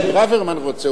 ברוורמן רוצה.